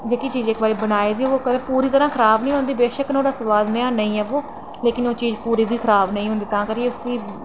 जेह्की चीज़ इक्क बारी बनाई दी ओह् पूरी तरहां खराब निं होंदी बेशक्क नुहाड़ा सोआद ओह् जेहा नेईं आवै लोकिन ओह् चीज़ पूरी तरहां खराब नेईं होंदी तां करियै